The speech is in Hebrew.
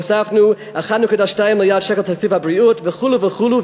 הוספנו 1.2 מיליארד שקל לתקציב וכו' וכו'.